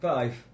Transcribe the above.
Five